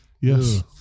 Yes